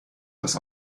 das